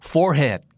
Forehead